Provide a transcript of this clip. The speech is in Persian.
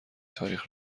تاریخ